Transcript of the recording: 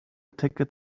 ticket